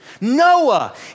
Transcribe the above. Noah